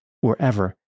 wherever